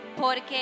Porque